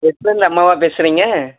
யஷ்வந்த் அம்மாவா பேசுகிறிங்க